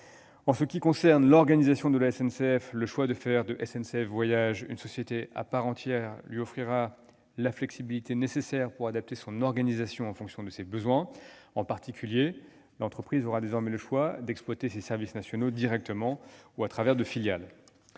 En ce qui concerne l'organisation de la SNCF, le choix de faire de SNCF Voyages une société à part entière lui offrira la flexibilité nécessaire pour adapter son organisation en fonction de ses besoins. En particulier, l'entreprise aura désormais le choix d'exploiter ses services nationaux directement ou à travers des filiales.